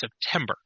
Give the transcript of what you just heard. September